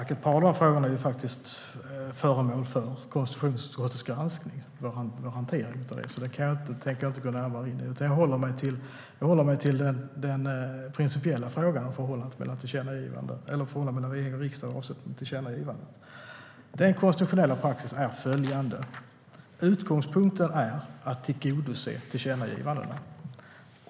Herr talman! Ett par av de frågorna är föremål för konstitutionsutskottets granskning och hantering, så jag tänker inte gå närmare in på dem. Jag håller mig till den principiella frågan, nämligen förhållandet mellan regering och riksdag avseende tillkännagivanden. Den konstitutionella praxisen är följande: Utgångspunkten är att tillgodose tillkännagivandena.